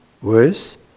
worse